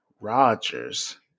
Rodgers